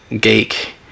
geek